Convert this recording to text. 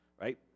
right